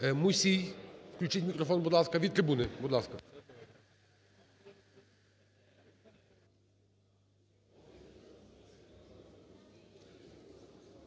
Мусій, включіть мікрофон, будь ласка. Від трибуни, будь ласка.